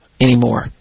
anymore